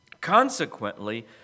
Consequently